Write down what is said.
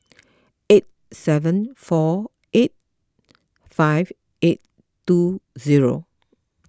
eight seven four eight five eight two zero